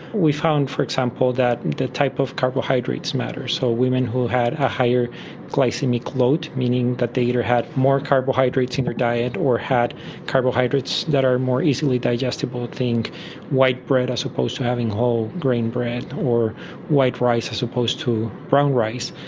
we found, for example, that the type of carbohydrates matter. so women who had a higher glycaemic load, meaning that they either had more carbohydrates in their diet or had carbohydrates that are more easily digestible, think white bread as opposed to having wholegrain bread, or white rice as opposed to brown rice,